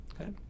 okay